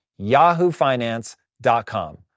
yahoofinance.com